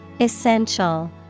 Essential